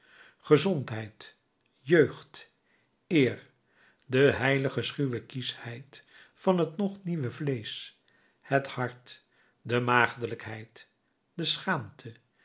gezondheid jeugd eer de heilige schuwe kieschheid van het nog nieuwe vleesch het hart de maagdelijkheid de schaamte